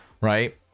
right